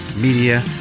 Media